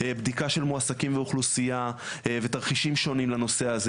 בדיקה של מועסקים ואוכלוסייה ותרחישים שונים לנושא הזה,